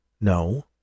No